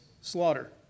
Slaughter